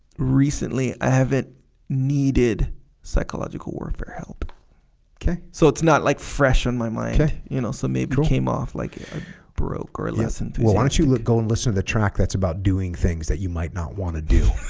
recently i haven't needed psychological warfare help okay so it's not like fresh on my mind okay you know so maybe it came off like a broke or listen to it well why don't you go and listen to the track that's about doing things that you might not want to do